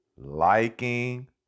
liking